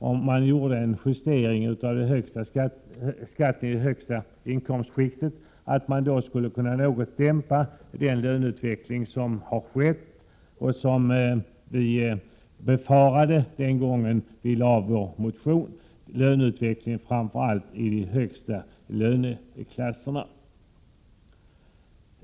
Om man justerade skatten i det högsta inkomstskiktet, skulle man kunna något dämpa den löneutveckling som skett framför allt i de högsta löneklasserna och som vi befarade när vi väckte vår motion.